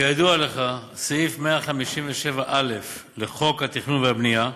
כידוע לך, סעיף 157א לחוק התכנון והבנייה,